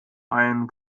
einen